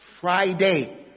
Friday